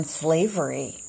slavery